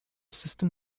system